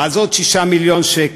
מה זה עוד 6 מיליון שקל?